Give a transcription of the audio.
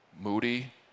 moody